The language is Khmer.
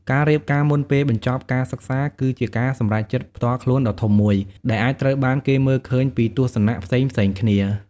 ការរៀបការមុនពេលបញ្ចប់ការសិក្សាគឺជាការសម្រេចចិត្តផ្ទាល់ខ្លួនដ៏ធំមួយ ដែលអាចត្រូវបានគេមើលឃើញពីទស្សនៈផ្សេងៗគ្នា។